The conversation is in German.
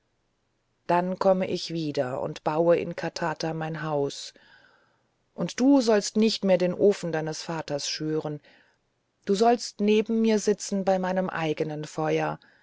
dann komme ich wieder und baue in katata mein haus und du sollst nicht mehr den ofen deines vaters schüren du sollst neben mir sitzen bei meinem eignen feuer